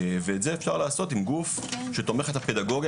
ואת זה אפשר לעשות עם גוף שתומך את הפדגוגיה